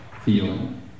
feeling